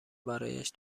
برایش